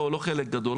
לא חלק גדול,